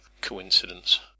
coincidence